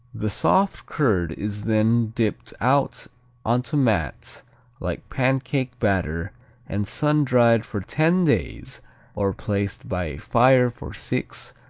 the soft curd is then dipped out onto mats like pancake batter and sun dried for ten days or placed by a fire for six,